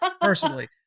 personally